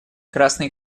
красный